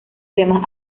temas